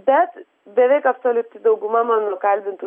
bet beveik absoliuti dauguma mano kalbintų